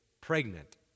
pregnant